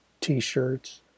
t-shirts